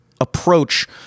approach